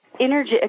Energy